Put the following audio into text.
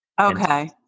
Okay